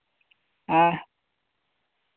ᱦᱮᱸ